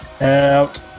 out